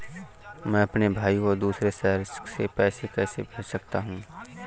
मैं अपने भाई को दूसरे शहर से पैसे कैसे भेज सकता हूँ?